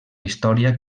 història